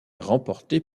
remportée